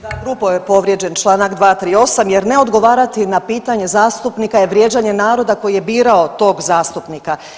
Da, grubo je povrijeđen Članaka 238., jer ne odgovarati na pitanje zastupnika je vrijeđanje naroda koji je birao tog zastupnika.